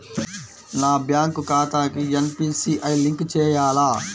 నా బ్యాంక్ ఖాతాకి NPCI link చేయాలా?